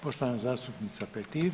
Poštovana zastupnica Petir.